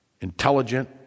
intelligent